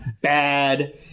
bad